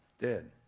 Dead